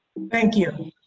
thank you.